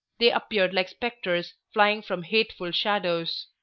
they appeared like specters flying from hateful shadows.